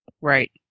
Right